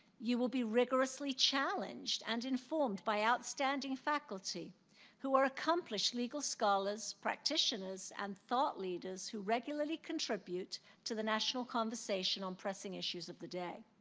you will be rigorously challenged and informed by outstanding faculty who are accomplished legal scholars, practitioners and thought leaders who regularly contribute to the national conversation on pressing issues of the day.